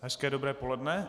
Hezké dobré poledne.